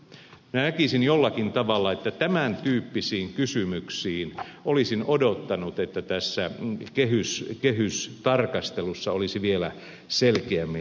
olisin odottanut jollakin tavalla että tämän tyyppisiin kysymyksiin tässä kehystarkastelussa olisi vielä selkeämmin tartuttu